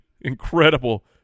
incredible